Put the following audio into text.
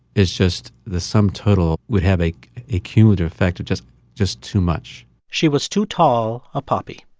it's just the sum total would have a a cumulative effect of just just too much she was too tall a poppy.